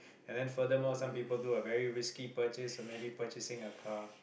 and then furthermore some people do a very risky purchase so maybe purchasing a car